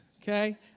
okay